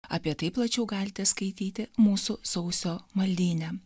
apie tai plačiau galite skaityti mūsų sausio maldyne